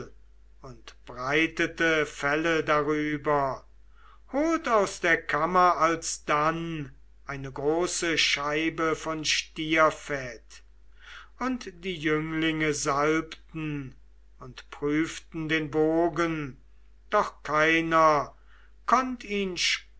und breitete felle darüber holt aus der kammer alsdann eine große scheibe von stierfett und die jünglinge salbten und prüften den bogen doch keiner konnt ihn